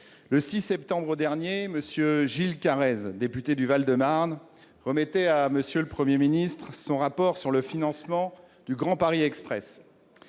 Le 6 septembre dernier, M. Gilles Carrez, député du Val-de-Marne, remettait à M. le Premier ministre son rapport sur le financement du Grand Paris Express.